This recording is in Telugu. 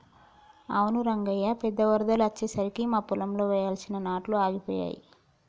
అవును రంగయ్య పెద్ద వరదలు అచ్చెసరికి మా పొలంలో వెయ్యాల్సిన నాట్లు ఆగిపోయాయి